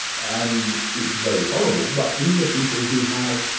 and it's very horrible, but these are people who have